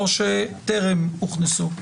או שטרם הוכנסו?